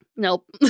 Nope